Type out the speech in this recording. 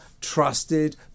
trusted